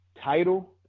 title